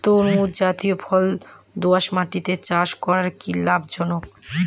তরমুজ জাতিয় ফল দোঁয়াশ মাটিতে চাষ করা কি লাভজনক?